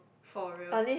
for real